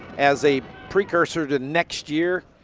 as a precursor to next year